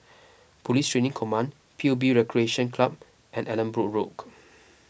Police Training Command P U B Recreation Club and Allanbrooke Road